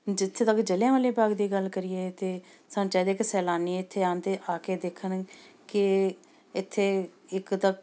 ਜਿੱਥੇ ਤੱਕ ਜਲ੍ਹਿਆਂਵਾਲੇ ਬਾਗ਼ ਦੀ ਗੱਲ ਕਰੀਏ ਤਾਂ ਸਾਨੂੰ ਚਾਹੀਦਾ ਕਿ ਸੈਲਾਨੀ ਇੱਥੇ ਆਉਣ ਅਤੇ ਆ ਕੇ ਦੇਖਣ ਕਿ ਇੱਥੇ ਇੱਕ ਤਾਂ